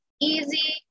easy